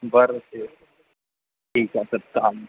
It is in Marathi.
बरं सर ठीक आहे सर चालेल